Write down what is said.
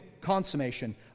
consummation